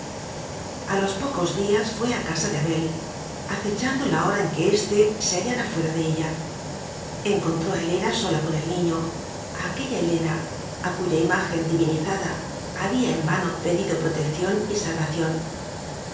helado a los pocos días fué a casa de abel ace chando la hora en que éste se hallara fuera de ella encontró a helena sola con el niño a aquella helena a cuya imagen divinizada había en vano pedido protección y